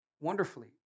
Wonderfully